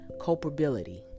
culpability